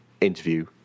interview